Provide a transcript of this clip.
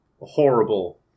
Horrible